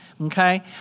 okay